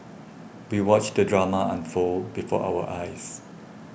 we watched the drama unfold before our eyes